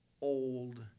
old